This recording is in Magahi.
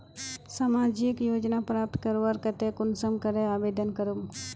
सामाजिक योजना प्राप्त करवार केते कुंसम करे आवेदन करूम?